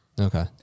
Okay